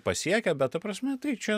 pasiekia bet ta prasme tai čia